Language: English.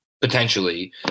potentially